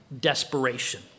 desperation